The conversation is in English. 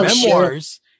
memoirs